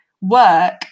work